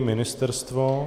Ministerstvo?